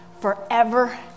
forever